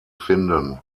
finden